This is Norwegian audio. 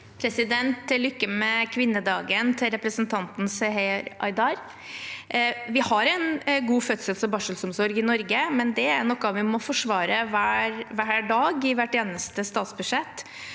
Til lykke med kvinnedagen til representanten Seher Aydar! Vi har en god fødsels- og barselomsorg i Norge, men det er noe vi må forsvare hver dag, i hvert eneste statsbudsjett.